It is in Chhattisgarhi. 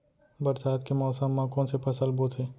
बरसात के मौसम मा कोन से फसल बोथे?